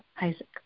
Isaac